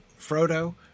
Frodo